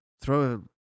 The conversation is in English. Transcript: throw